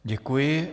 Děkuji.